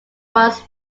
was